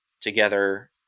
together